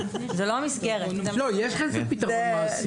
יש פתרון מעשי.